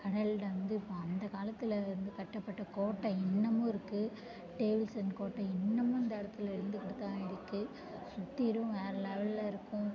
கடலில் வந்து இப்போ அந்த காலத்தில்ருந்து கட்டப்பட்ட கோட்டை இன்னமும் இருக்கு டேவ்ல்ஸ் அண்ட் கோட்டை இன்னமும் இந்த இடத்துல இருந்துகிட்டு தான் இருக்கு சுத்தீரும் வேறு லெவலில் இருக்கும்